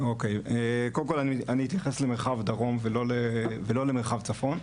קודם כל אני אתייחס למרחב דרום ולא למרחב צפון.